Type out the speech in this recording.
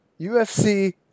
ufc